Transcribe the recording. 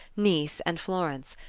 nice and florence,